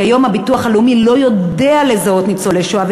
כי היום הביטוח הלאומי לא יודע לזהות ניצולי שואה,